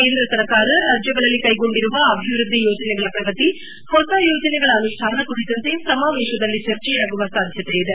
ಕೇಂದ್ರ ಸರಕಾರ ರಾಜ್ಯಗಳಲ್ಲಿ ಕೈಗೊಂಡಿರುವ ಅಭಿವೃದ್ಧಿ ಯೋಜನೆಗಳ ಪ್ರಗತಿ ಹೊಸ ಯೋಜನೆಗಳ ಅನುಷ್ಯಾನ ಕುರಿತಂತೆ ಸಮಾವೇಶದಲ್ಲಿ ಚರ್ಚೆಯಾಗುವ ಸಾಧ್ಯತೆ ಇದೆ